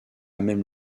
même